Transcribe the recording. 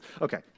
Okay